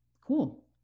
Cool